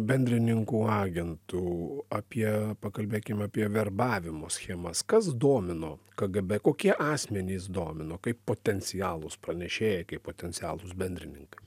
bendrininkų agentų apie pakalbėkim apie verbavimo schemas kas domino kgb kokie asmenys domino kaip potencialūs pranešėjai kaip potencialūs bendrininkai